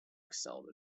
excelled